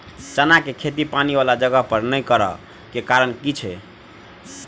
चना केँ खेती पानि वला जगह पर नै करऽ केँ के कारण छै?